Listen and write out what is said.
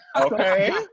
Okay